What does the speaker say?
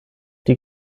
die